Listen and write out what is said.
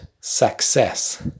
success